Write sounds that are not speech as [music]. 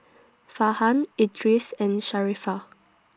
[noise] Farhan Idris and Sharifah [noise]